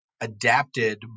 adapted